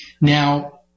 Now